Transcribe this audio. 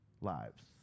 lives